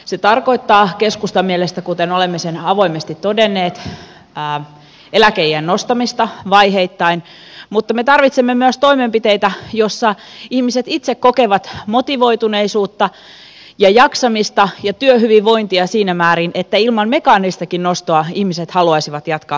se tarkoittaa keskustan mielestä kuten olemme avoimesti todenneet eläkeiän nostamista vaiheittain mutta me tarvitsemme myös toimenpiteitä jotta ihmiset itse kokevat motivoituneisuutta jaksamista ja työhyvinvointia siinä määrin että ilman mekaanista nostoakin haluaisivat jatkaa pidempään